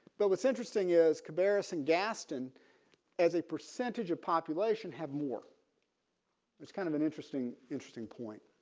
but what's interesting is cabarrus and gaston as a percentage of population have more it's kind of an interesting interesting point.